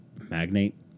magnate